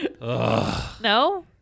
No